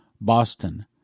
Boston